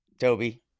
Toby